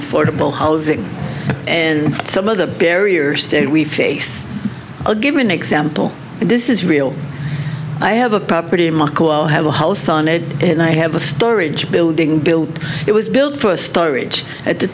affordable housing and some of the barriers to it we face i'll give you an example this is real i have a property mark will have a house on it and i have a storage building built it was built for storage at the